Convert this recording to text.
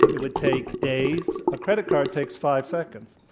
it would take days. a credit card takes five seconds.